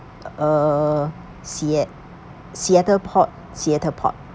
uh seattl~ seattle port seattle port